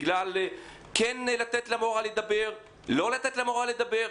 האם כן לתת למורה לדבר או לא לתת לה לדבר.